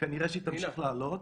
כנראה שהיא תמשיך לעלות.